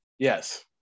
Yes